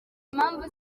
impamvu